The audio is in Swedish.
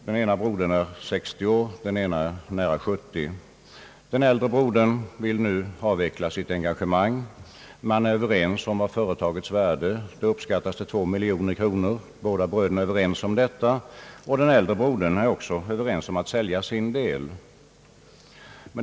Den ene brodern är 60 år, den andre nära 70. Den äldre brodern vill nu avveckla sitt engagemang i rörelsen. Man är Överens om företagets värde, 2 miljoner kronor, och den äldre brodern är med på att sälja sin del.